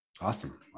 awesome